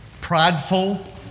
prideful